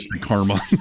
karma